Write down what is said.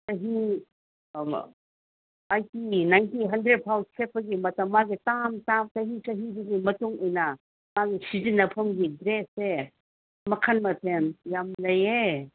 ꯆꯍꯤ eighty ninety hundred ꯐꯥꯎ ꯁꯦꯠꯄꯒꯤ ꯃꯇꯝ ꯃꯥꯒꯤ ꯇꯥꯝ ꯇꯥꯝ ꯆꯍꯤ ꯆꯍꯤꯗꯨꯒꯤ ꯃꯇꯨꯡ ꯏꯟꯅ ꯃꯥꯒꯤ ꯁꯤꯖꯤꯟꯅꯐꯝꯒꯤ ꯗ꯭ꯔꯦꯁꯁꯦ ꯃꯈꯟ ꯃꯊꯦꯟ ꯌꯥꯝꯅ ꯂꯩꯌꯦ